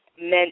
Meant